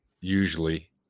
usually